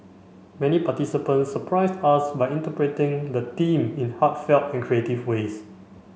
many participants surprised us by interpreting the theme in heartfelt and creative ways